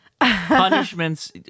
punishments